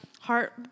heart